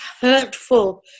hurtful